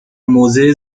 موضع